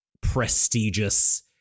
prestigious